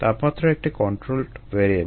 তাপমাত্রা একটি controlled variable